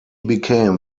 became